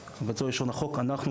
מבצעי לשון החוק זה אנחנו,